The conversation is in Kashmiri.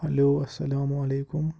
ہٮ۪لو اَسَلامُ وعلیکُم